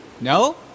No